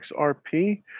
XRP